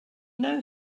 know